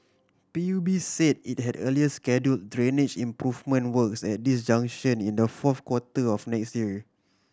P U B said it had earlier schedule drainage improvement works at this junction in the fourth quarter of next year